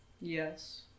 Yes